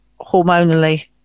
hormonally